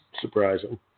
surprising